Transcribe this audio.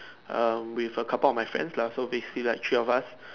um with a couple of my friends lah so basically like three of us